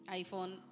iPhone